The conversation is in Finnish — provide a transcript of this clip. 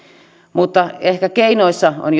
mutta ehkä keinoissa on